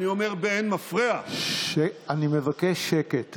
אני אומר "באין מפריע" אני מבקש שקט